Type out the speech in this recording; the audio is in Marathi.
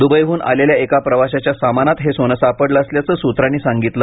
दुबईहून आलेल्या एका प्रवाशाच्या सामानात हे सोन सापडलं असल्याचं सूत्रांनी सांगितलं